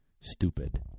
stupid